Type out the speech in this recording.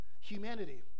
humanity